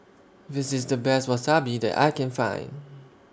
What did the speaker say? This IS The Best Wasabi that I Can Find